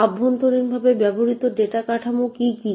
অভ্যন্তরীণভাবে ব্যবহৃত ডেটা কাঠামো কী কী